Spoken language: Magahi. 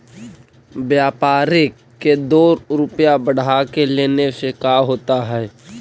व्यापारिक के दो रूपया बढ़ा के लेने से का होता है?